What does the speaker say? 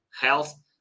health